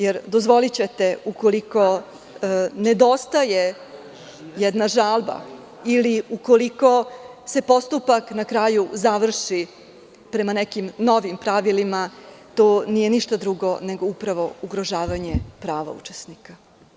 Jer, dozvolićete, ukoliko nedostaje jedna žalba ili ukoliko se postupak na kraju završi prema nekim novim pravilima, to nije ništa drugo nego upravo ugrožavanje prava učesnika.